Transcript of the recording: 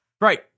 Right